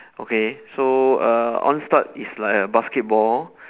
okay so uh on start is like a basketball